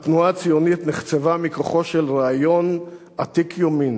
התנועה הציונית נחצבה מכוחו של רעיון עתיק יומין,